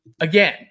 again